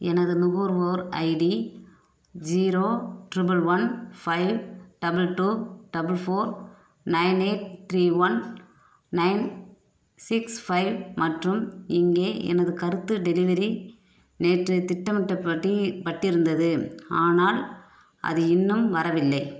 எனது நுகர்வோர் ID zero triple one five double two double four nine eight three one nine six five மற்றும் இங்கே எனது கருத்து டெலிவரி நேற்று திட்டமிட்டப்படி பட்டிருந்தது ஆனால் அது இன்னும் வரவில்லை